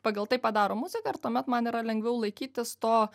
pagal tai padaro muziką ir tuomet man yra lengviau laikytis to